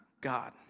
God